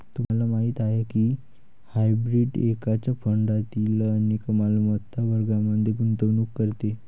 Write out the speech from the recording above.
तुम्हाला माहीत आहे का की हायब्रीड एकाच फंडातील अनेक मालमत्ता वर्गांमध्ये गुंतवणूक करते?